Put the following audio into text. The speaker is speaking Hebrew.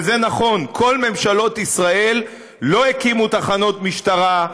וזה נכון, כל ממשלות ישראל לא הקימו תחנות משטרה,